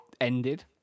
ended